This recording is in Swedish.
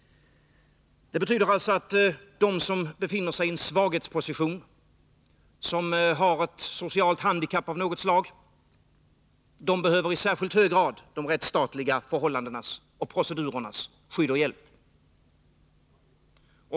Det betyder alltså att de som befinner sig i en svaghetsposition, som har ett socialt handikapp av något slag, i särskilt hög grad behöver de rättsstatliga förhållandenas och procedurernas skydd och hjälp.